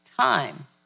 time